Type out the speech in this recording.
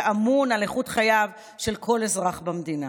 שאמון על איכות חייו של כל אזרח במדינה.